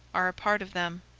are a part of them.